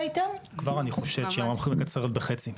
כבר אני חושב שהיא יכולה לקצר בחצי.